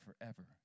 forever